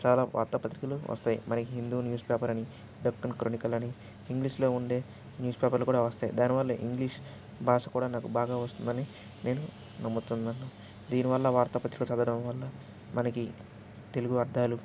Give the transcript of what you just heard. చాలా వార్తా పత్రికలు వస్తాయి మరి హిందూ న్యూస్పేపర్ అని డెక్కన్ క్రానికల్ అని ఇంగ్లీష్లో ఉండే న్యూస్పేపర్లు కూడా వస్తాయి దానివల్ల ఇంగ్లీష్ భాష కూడా నాకు బాగా వస్తుందని నేను నమ్ముతున్నాను దీనివల్ల వార్తపత్రికలు చదవడం వల్ల మనకు తెలుగు అర్థాలు